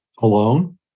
alone